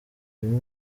bimwe